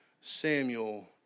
Samuel